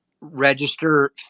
register